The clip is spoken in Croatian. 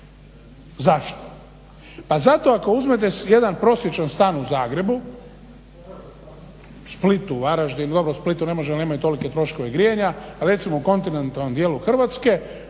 Zašto? Pa zato ako uzmete jedan prosječan stan u Zagrebu, Splitu, Varaždinu, dobro Splitu ne možemo jer nemaju tolike troškove grijanja. Ali recimo u kontinentalnom djelu Hrvatske